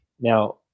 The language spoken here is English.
Now